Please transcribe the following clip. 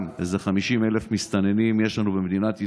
יש לנו גם איזה 50,000 מסתננים במדינת ישראל,